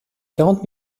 quarante